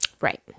Right